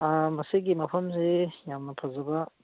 ꯃꯁꯤꯒꯤ ꯃꯐꯝꯁꯤ ꯌꯥꯝꯅ ꯐꯖꯕ